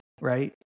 right